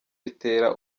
bitera